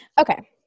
Okay